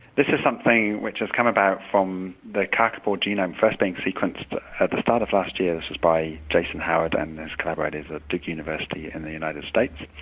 this is something which has come about from the kakapo genome first being sequenced at the start of last year. this was by jason howard and his collaborators at duke university in the united states.